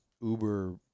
uber